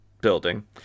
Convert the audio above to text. building